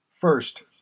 First